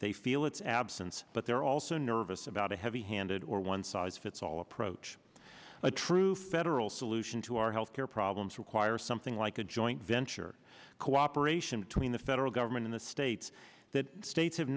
they feel its absence but they're also nervous about a heavy handed or one size fits all approach a true federal solution to our healthcare problems require something like a joint venture cooperation between the federal government in the states that states have